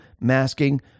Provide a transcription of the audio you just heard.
masking